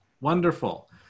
Wonderful